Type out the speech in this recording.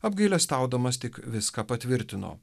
apgailestaudamas tik viską patvirtino